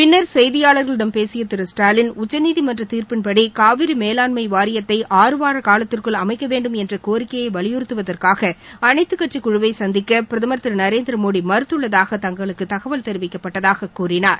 பின்னர் செய்தியாளர்களிடம் பேசிய திரு ஸ்டாலின் உச்சநீதிமன்ற தீர்ப்பின்படி காவிரி மேலாண்மை வாரியத்தை ஆறுவார காலத்திற்குள் அமைக்க வேண்டும் என்ற கோரிக்கையை வலியுறுத்துவதற்காக அனைத்துக் கட்சிக்குழுவை சந்திக்க பிரதமர் திரு நரேந்திர மோடி மறுத்துள்ளதாக தங்களுக்கு தகவல் தெரிவிக்கப்பட்டதாகக் கூறினார்